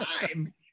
time